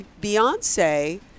Beyonce